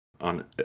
on